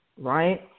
right